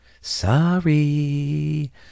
Sorry